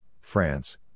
France